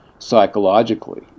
psychologically